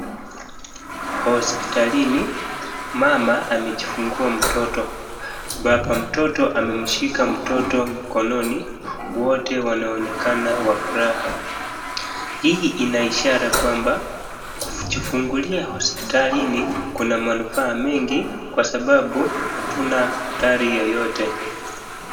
Hospitalini, mama amejifungua mtoto. Baba mtoto amemshika mtoto mkononi, wote wanaonekana wa furaha. Hii ina ishara kwamba kujifungulia hospitalini kuna manufaa mengi kwa sababu hatuna hatari yoyote.